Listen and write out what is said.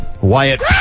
Wyatt